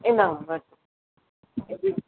இந்தாங்கள் பாருங்கள் எப்படி இருக்குது